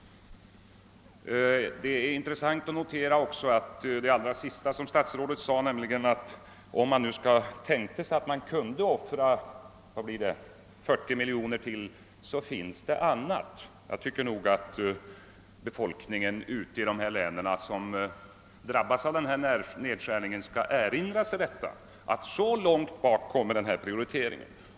Det är intressant att notera det allra sista som statsrådet sade, nämligen att om man nu skulle kunna offra dessa 40 miljoner ytterligare, så finns det också andra behov att tillgodose på kommunikationsområdet. Jag tycker att befolkningen i de län som drabbas av nedskärning skall tänka på att så långt tillbaka på listan står upprustningen av länsvägarna.